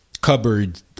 cupboard